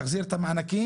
להחזיר את המענקים,